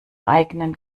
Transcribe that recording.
eigenen